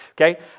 okay